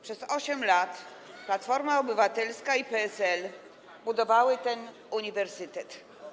Przez 8 lat Platforma Obywatelska i PSL budowały ten uniwersytet.